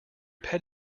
pet